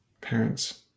Parents